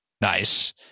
nice